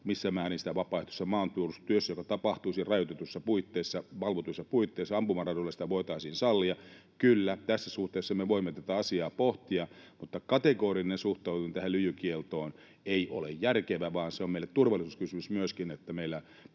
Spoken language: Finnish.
missä määrin vapaaehtoisessa maanpuolustustyössä, joka tapahtuisi rajoitetuissa puitteissa ja valvotuissa puitteissa ampumaradoilla, sitä voitaisiin sallia. Kyllä, tässä suhteessa me voimme tätä asiaa pohtia, mutta kategorinen suhtautuminen tähän lyijykieltoon ei ole järkevä, vaan se on meille turvallisuuskysymys myöskin, että meillä